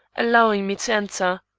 allowing me to enter.